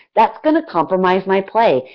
that's going to compromise my play.